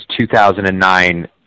2009